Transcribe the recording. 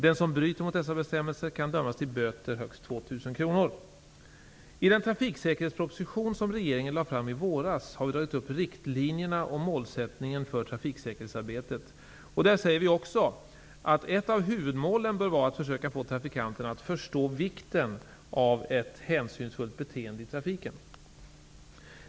Den som bryter mot dessa bestämmelser kan dömas till böter, högst I den trafiksäkerhetsproposition som regeringen lade fram i våras har vi dragit upp riktlinjerna och målsättningen för trafiksäkerhetsarbetet, och där säger vi också att ett av huvudmålen bör vara att försöka få trafikanterna att förstå vikten av ett hänsynsfullt beteende i trafiken.